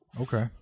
Okay